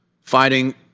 fighting